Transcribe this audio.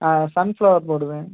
ஆ sunflower போடுவேன்